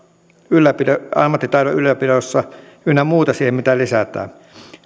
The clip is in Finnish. ylläpidossa ammattitaidon ylläpidossa ynnä muussa mitä siihen lisätään